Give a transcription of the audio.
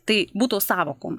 tai būtų sąvokų